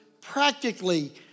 practically